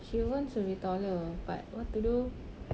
she wants to be taller but what to do